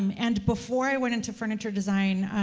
um and before i went into furniture design,